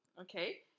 okay